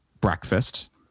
breakfast